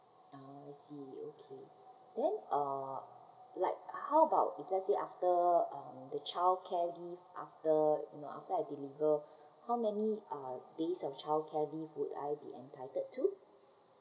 ah I see okay then uh like how about if let's say after um the childcare leave after you know after I delivered how many uh days of childcare leave would I be entitled to